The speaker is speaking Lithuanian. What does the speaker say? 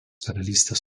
karalystės